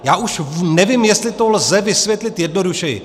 Já už nevím, jestli to lze vysvětlit jednodušeji.